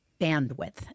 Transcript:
bandwidth